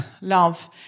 love